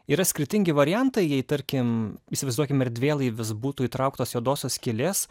yra skirtingi variantai jei tarkim įsivaizduokime erdvėlaivis būtų įtrauktas juodosios skylės